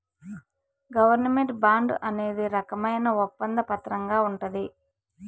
government bond అనేది రకమైన ఒప్పంద పత్రంగా ఉంటది